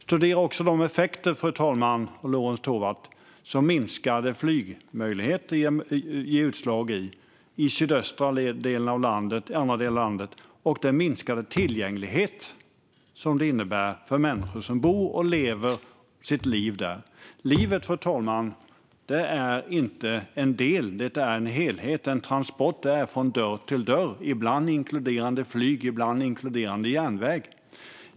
Studera också de effekter som minskade flygmöjligheter får i den sydöstra delen och andra delar av landet, till exempel den minskade tillgänglighet som det innebär för människor som bor och lever sitt liv där. Livet, fru talman, är inte en del utan en helhet. Transport är från dörr till dörr, ibland inkluderande flyg, ibland järnväg.